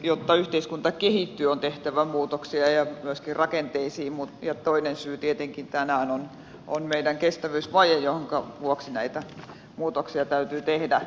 jotta yhteiskunta kehittyy on tehtävä muutoksia ja myöskin rakenteisiin ja toinen syy tietenkin tänään on meidän kestävyysvaje jonka vuoksi näitä muutoksia täytyy tehdä